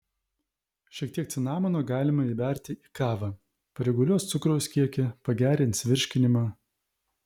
šiek tiek cinamono galima įberti į kavą pareguliuos cukraus kiekį pagerins virškinimą